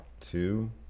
Two